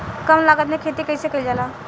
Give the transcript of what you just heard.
कम लागत में खेती कइसे कइल जाला?